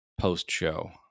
post-show